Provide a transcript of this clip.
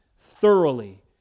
thoroughly